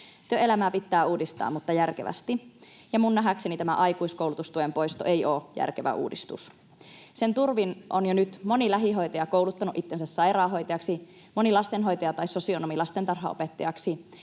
Työelämää pitää uudistaa, mutta järkevästi, ja minun nähdäkseni tämä aikuiskoulutustuen poisto ei ole järkevä uudistus. [Antti Lindtmanin välihuuto] Sen turvin on jo nyt moni lähihoitaja kouluttanut itsensä sairaanhoitajaksi, moni lastenhoitaja tai sosionomi on kouluttautunut